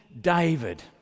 David